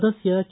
ಸದಸ್ಯ ಕೆ